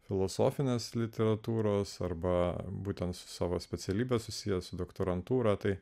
filosofinės literatūros arba būtent savo specialybę susiję su doktorantūra tai